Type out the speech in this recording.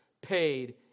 paid